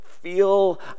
feel